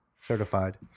Certified